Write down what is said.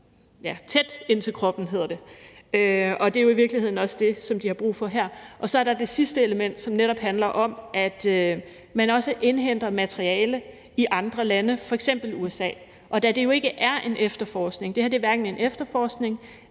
tæt ind til kroppen, og det er jo i virkeligheden også det, som de har brug for her. Og så er der det sidste element, som netop handler om, at man også indhenter materiale i andre lande, f.eks. i USA, og det er jo ikke en efterforskning. Det her er hverken en efterforskning